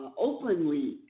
openly